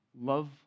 Love